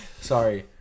Sorry